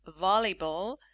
volleyball